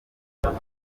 nyuma